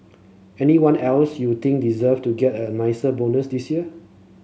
anyone else you think deserve to get a nicer bonus this year